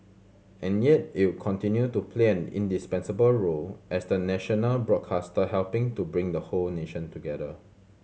and yet it'll continue to play an indispensable role as the national broadcaster helping to bring the whole nation together